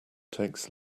takes